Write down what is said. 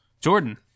jordan